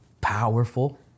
powerful